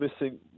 missing